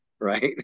Right